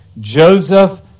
Joseph